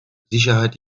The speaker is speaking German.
sicherheit